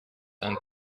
ein